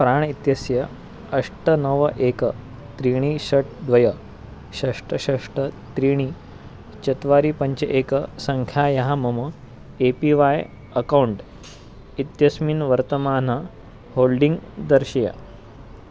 प्राण् इत्यस्य अष्ट नव एकं त्रीणि षट् द्वे षट् षट् त्रीणि चत्वारि पञ्च एकं सङ्ख्यायाः मम ए पी वाय् अकौण्ट् इत्यस्मिन् वर्तमान होल्डिङ्ग् दर्शय